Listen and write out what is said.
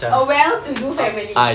a well to do family